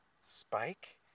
spike